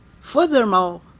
Furthermore